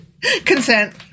consent